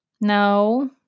No